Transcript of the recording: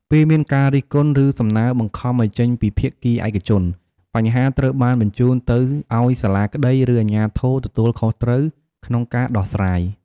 ពេលមានការរិះគន់ ឬសំណើបង្ខំឲ្យចេញពីភាគីឯកជន បញ្ហាត្រូវបានបញ្ជូនទៅឲ្យសាលាក្តីឬអាជ្ញាធរទទួលខុសត្រូវក្នុងការដោះស្រាយ។